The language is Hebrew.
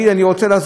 לא להגיד את האמת,